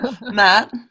Matt